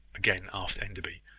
again asked enderby,